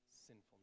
sinfulness